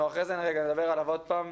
אנחנו אחרי זה נדבר עליו עוד פעם,